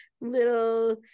little